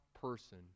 person